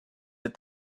that